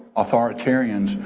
authoritarians,